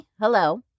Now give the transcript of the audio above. Hello